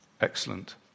Excellent